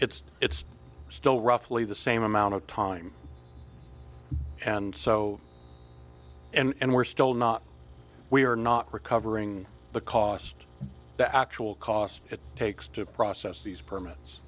it's it's still roughly the same amount of time and so and we're still not we are not recovering the cost the actual cost it takes to process these permits